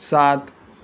સાત